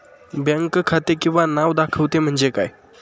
Bank खाते किंवा नाव दाखवते म्हणजे काय?